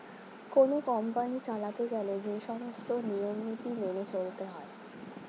কোন কোম্পানি চালাতে গেলে যে সমস্ত নিয়ম নীতি মেনে চলতে হয়